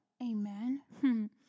amen